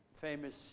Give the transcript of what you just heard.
famous